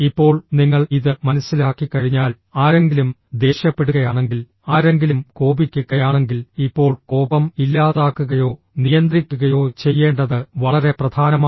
ഇപ്പോൾ നിങ്ങൾ ഇത് മനസ്സിലാക്കിക്കഴിഞ്ഞാൽ ആരെങ്കിലും ദേഷ്യപ്പെടുകയാണെങ്കിൽ ആരെങ്കിലും കോപിക്കു കയാണെങ്കിൽ ഇപ്പോൾ കോപം ഇല്ലാതാക്കുകയോ നിയന്ത്രിക്കുകയോ ചെയ്യേണ്ടത് വളരെ പ്രധാനമാണ്